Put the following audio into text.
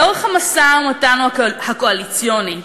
לאורך המשא-ומתן הקואליציוני,